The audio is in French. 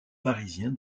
parisien